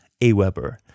AWeber